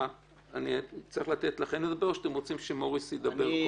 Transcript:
אני צריך לתת לכם לדבר או שאתם רוצים שמוריס ידבר קודם?